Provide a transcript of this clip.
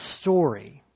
story